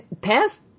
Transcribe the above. Past